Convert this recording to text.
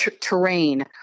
terrain